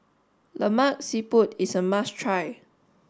Lemak Siput is a must try